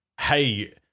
hey